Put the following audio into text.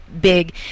big